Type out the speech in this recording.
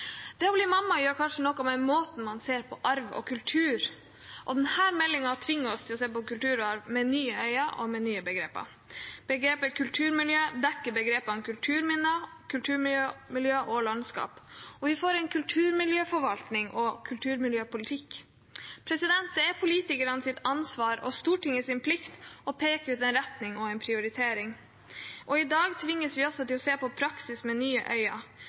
Det å bli mamma gjør kanskje noe med måten man ser på arv og kultur på, og denne meldingen tvinger oss til å se på kulturarv med nye øyne og bruke nye begreper. Begrepet kulturmiljø dekker begrepene kulturminner, kulturmiljø og landskap, og vi får en kulturmiljøforvaltning og kulturmiljøpolitikk. Det er politikernes ansvar og Stortingets plikt å peke ut en retning og en prioritering. I dag tvinges vi til å se på praksisen med nye